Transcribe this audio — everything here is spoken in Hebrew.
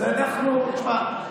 אז אנחנו, תשמע,